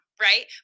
right